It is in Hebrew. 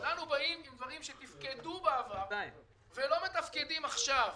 כולנו באים עם דברים שתפקדו בעבר ולא מתפקדים עכשיו,